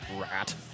Rat